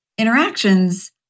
Interactions